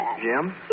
Jim